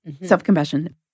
Self-compassion